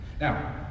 now